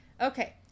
Okay